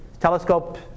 telescope